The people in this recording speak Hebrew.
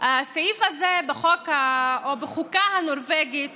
הזה בחוק או בחוקה הנורבגית